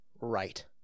right